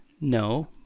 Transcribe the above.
No